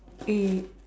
it